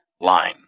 line